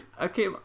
Okay